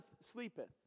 sleepeth